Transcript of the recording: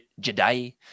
Jedi